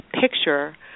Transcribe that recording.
picture